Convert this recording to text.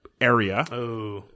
area